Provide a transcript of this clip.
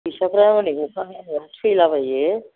फैसाफ्रा हनै अखा हानायाव थैलाबायो